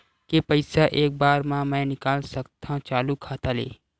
के पईसा एक बार मा मैं निकाल सकथव चालू खाता ले?